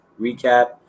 recap